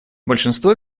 большинство